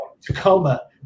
Tacoma